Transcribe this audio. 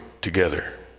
together